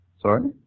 Sorry